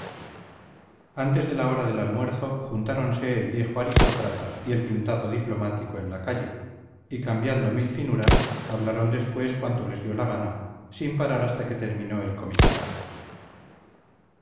antes de la hora del almuerzo juntáronse el viejo aristócrata y el pintado diplomático en la calle y cambiando mil finuras hablaron después cuanto les dio la gana sin parar hasta que terminó el